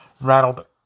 rattled